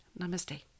Namaste